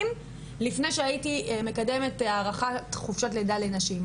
לפני שהייתי מקדמת הארכת חופשת לידה לנשים.